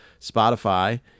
Spotify